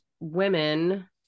women